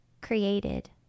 created